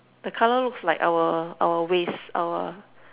the colour looks like our our waste our